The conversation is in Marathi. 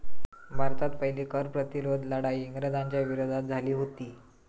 भारतात पहिली कर प्रतिरोध लढाई इंग्रजांच्या विरोधात झाली हुती